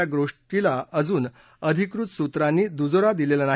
या गोष्टीला अजून अधिकृत सूत्रांनी दुजोरा दिलेला नाही